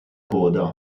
coda